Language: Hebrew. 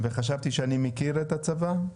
וחשבתי שאני מכיר את הצבא,